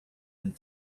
and